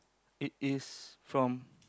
it is from